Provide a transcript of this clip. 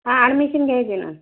हा ॲडमिशन घ्यायचे ना